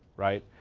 right?